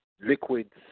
liquids